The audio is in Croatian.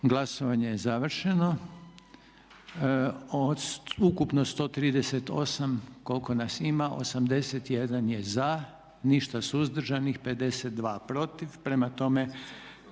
Glasovanje je završeno. Od ukupno 138 koliko nas ima 81 je za, ništa suzdržanih, 52 protiv. Prema tome,